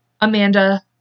Amanda